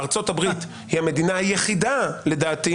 ארצות הברית היא המדינה היחידה לדעתי